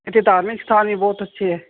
ਇੱਥੇ ਧਾਰਮਿਕ ਸਥਾਨ ਵੀ ਬਹੁਤ ਅੱਛੇ ਹੈ